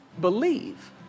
believe